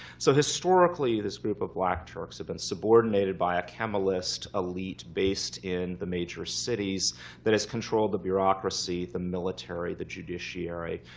so historically, this group of black turks have been subordinated by a kemalist elite based in the major cities that has controlled the bureaucracy, the military, the judiciary,